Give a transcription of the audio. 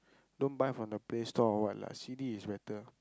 don't buy from the Play store or what lah C_D is better